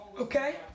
Okay